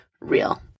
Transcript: real